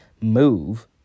move